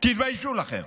תתביישו לכם.